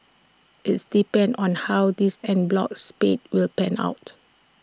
its depends on how this en bloc spate will pan out